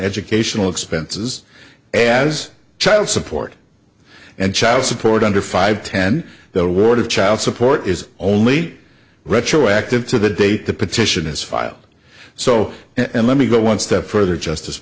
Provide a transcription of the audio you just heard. educational expenses as child support and child support under five ten their word of child support is only retroactive to the date the petition is filed so and let me go one step further justice